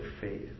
faith